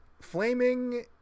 flaming